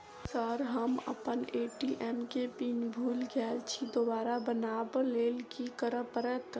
Sir हम अप्पन ATM केँ पिन भूल गेल छी दोबारा बनाब लैल की करऽ परतै?